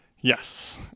Yes